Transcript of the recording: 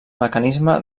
mecanisme